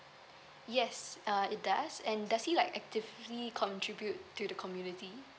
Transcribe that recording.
yes uh it does and does he like actively contribute to the community